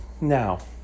Now